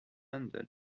handle